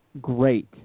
great